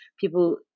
people